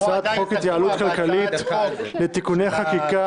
הצעת חוק ההתייעלות הכלכלית (תיקוני חקיקה